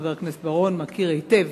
חבר הכנסת בר-און מכיר היטב